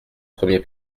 premier